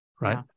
Right